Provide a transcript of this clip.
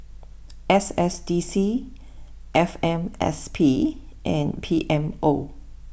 S S D C F M S P and P M O